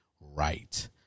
right